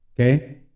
Okay